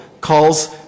calls